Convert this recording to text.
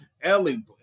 Ellie